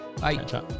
Bye